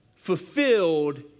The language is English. fulfilled